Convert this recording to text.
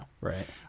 right